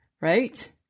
right